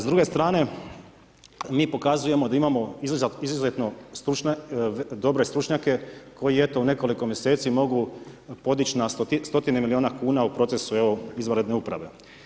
S druge strane, mi pokazujemo da imamo izuzetno dobre stručnjake koji eto, u nekoliko mjeseci mogu podići na stotine milijune kuna u procesu evo izvanredne uprave.